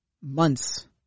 months